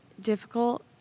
difficult